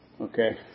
Okay